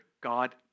God